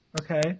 Okay